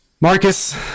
Marcus